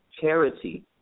Charity